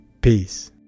Peace